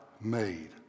made